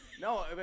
No